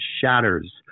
shatters